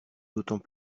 d’autant